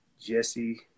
Jesse